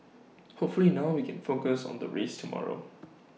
hopefully now we can focus on the race tomorrow